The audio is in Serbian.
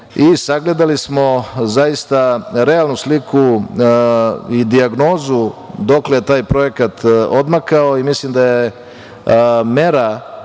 i sagledali smo zaista realnu sliku i dijagnozu dokle je taj projekat odmakao. Mislim da je mera